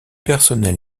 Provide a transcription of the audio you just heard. personnel